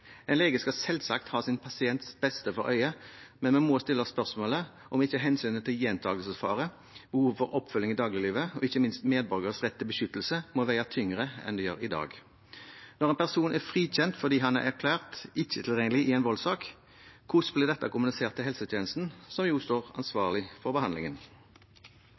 En lege skal selvsagt ha sin pasients beste for øye, men vi må stille oss spørsmålet om ikke hensynet til gjentakelsesfare, behovet for oppfølging i dagliglivet og ikke minst medborgeres rett til beskyttelse må veie tyngre enn det gjør i dag. Når en person er frikjent fordi han er erklært ikke tilregnelig i en voldssak, hvordan kommuniseres dette til helsetjenesten, som står ansvarlig for behandlingen?